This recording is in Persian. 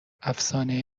افسانه